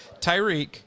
Tyreek